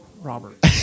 Robert